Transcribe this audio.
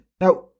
Now